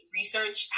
Research